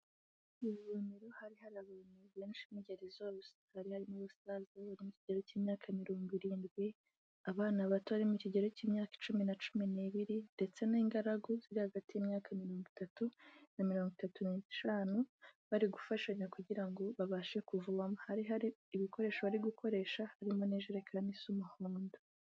Ku ivomero hari hari abantu benshi mu ingeri zose. Hari harimo n'umusaza uri mu kigero cy'imyaka mirongo irindwi, abana bato bari mu kigero cy'imyaka icumi na cumi n'ibiri, ndetse n'ingaragu ziri hagati y'imyaka mirongo itatu na mirongo itatu n'ishanu, bari gufashanya kugira ngo babashe kuvoma. Hari hari ibikoresho bari gukoresha, harimo n'ijerekani isa umuhondo.